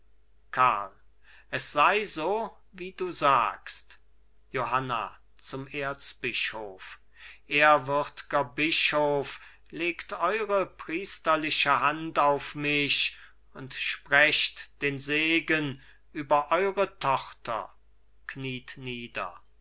es sei so wie du sagst johanna zum erzbischof ehrwürdger bischof legt eure priesterliche hand auf mich und sprecht den segen über eure tochter kniet nieder